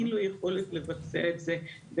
אין לו יכולת לבצע את זה בעצמו.